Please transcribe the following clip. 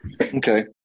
okay